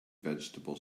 vegetable